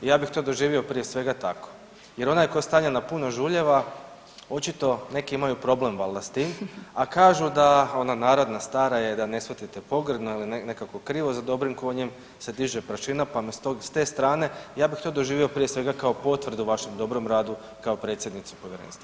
Ja bih to doživio prije svega tako jer onaj tko je stavljen na puno žuljeva očito neki imaju problem valda s tim, a kažu da, ona narodna stara je da ne shvatite pogrdno ili nekako krivo za dobrim konjem se diže prašina, pa me s te strane ja bih to doživio prije svega kao potvrdu vašem dobrom radu kao predsjednicu povjerenstva.